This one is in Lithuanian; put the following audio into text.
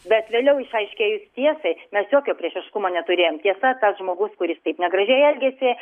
bet vėliau išaiškėjus tiesai mes jokio priešiškumo neturėjom tiesa tas žmogus kuris taip negražiai elgėsi